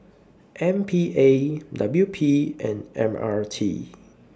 M P A W P and M R T